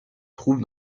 trouve